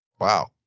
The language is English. wow